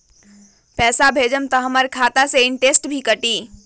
पैसा भेजम त हमर खाता से इनटेशट भी कटी?